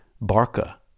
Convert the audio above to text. Barca